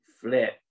flip